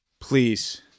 please